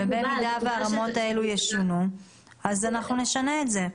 במידה והרמות האלה ישונו, אנחנו נשנה את זה.